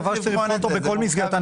זה דבר שצריך לבחון אותו בכל מסגרת.